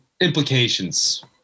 implications